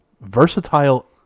Versatile